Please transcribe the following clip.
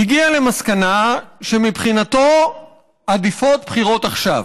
הגיע למסקנה שמבחינתו עדיפות בחירות עכשיו.